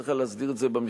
צריך להסדיר את זה במכלול.